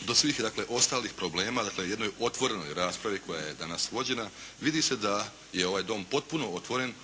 do svih dakle ostalih problema. Dakle u jednoj otvorenoj raspravi koja je danas vođena vidi se da je ovaj Dom potpuno otvoren